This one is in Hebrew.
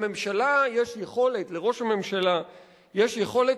לממשלה יש יכולת לראש הממשלה יש יכולת